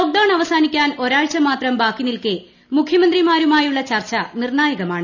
lockdown അവസാനിക്കാൻ ഒരാഴ്ച മാത്രം ബാക്കിനിൽക്കെ മുഖ്യമന്ത്രിമാരുമായുള്ള ചർച്ച നിർണായകമാണ്